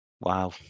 Wow